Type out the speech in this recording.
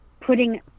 putting